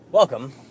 Welcome